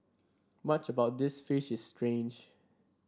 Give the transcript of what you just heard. much about this fish is strange